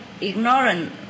ignorant